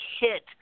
hit